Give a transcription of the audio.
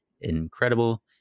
incredible